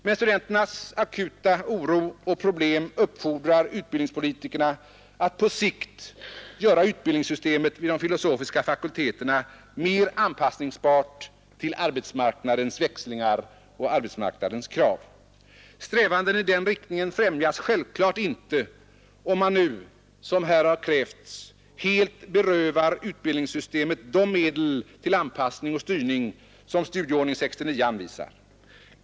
Men studenternas akuta oro och problem uppfordrar utbildningspolitikerna att på sikt göra utbildningssystemet vid de filosofiska fakulteterna mera anpassningsbart till arbetsmarknadens växlingar och krav. Strävanden i den riktningen främjas självklart inte om man nu, som här har krävts, helt berövar utbildningssystemet de medel till anpassning och styrning som Studieordning 1969 anvisar.